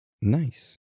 Nice